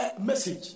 message